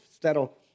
that'll